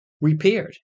repaired